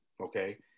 Okay